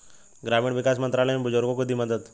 ग्रामीण विकास मंत्रालय ने बुजुर्गों को दी मदद